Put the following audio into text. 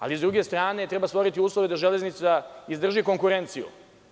Ali, sa druge strane treba stvoriti uslove da „Železnica“ izdrži konkurenciju.